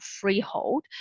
freehold